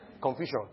Confusion